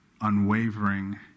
unwavering